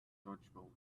dodgeball